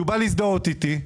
שבא להזדהות איתי.